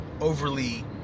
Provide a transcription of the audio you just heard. Overly